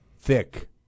thick